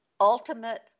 Ultimate